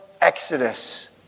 exodus